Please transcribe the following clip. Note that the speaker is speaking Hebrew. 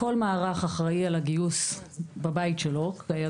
מערך אחראי על גיוס כוח אדם